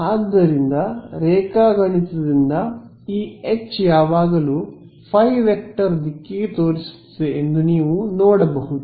ಆದ್ದರಿಂದ ರೇಖಾಗಣಿತದಿಂದ ಈ H ಯಾವಾಗಲೂ ϕˆ ದಿಕ್ಕಿಗೆ ತೋರಿಸುತ್ತದೆ ಎಂದು ನೀವು ನೋಡಬಹುದು